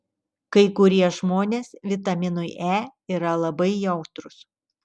kai kurie žmonės vitaminui e yra labai jautrūs